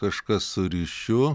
kažkas su ryšiu